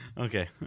Okay